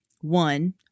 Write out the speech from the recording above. one